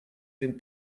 been